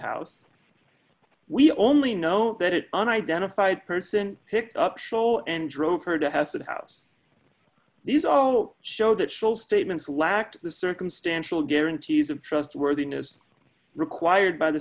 house we only know that it an identified person picked up schol and drove her to have that house these also showed that shows statements lacked the circumstantial guarantees of trustworthiness required by the